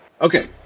Okay